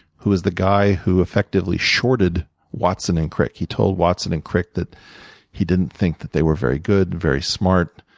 who is the guy who effectively shorted watson and crick. he told watson and crick that he didn't think that they were very good and very smart,